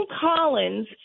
Collins